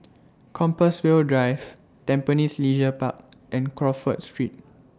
Compassvale Drive Tampines Leisure Park and Crawford Street